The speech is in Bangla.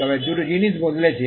তবে দুটি জিনিস বদলেছে